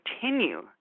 continue